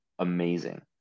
amazing